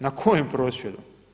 Na kojem prosvjedu?